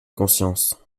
conscience